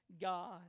God